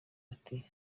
ati